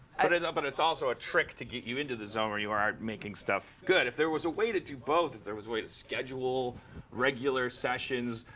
and and but it's also a trick to get you into the zone where you are are making stuff good. if there was a way to do both if there was a way to schedule regular sessions,